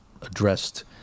addressed